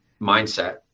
mindset